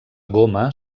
goma